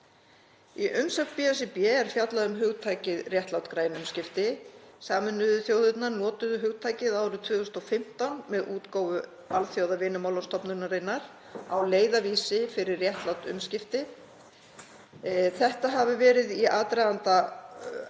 Í umsögn BSRB er fjallað um hugtakið réttlát græn umskipti. Sameinuðu þjóðirnar notuðu hugtakið árið 2015 með útgáfu Alþjóðavinnumálastofnunarinnar á leiðarvísi fyrir réttlát umskipti. Þetta hafi verið í aðdraganda